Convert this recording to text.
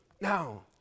Now